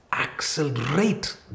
accelerate